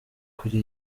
kuri